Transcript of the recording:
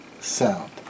sound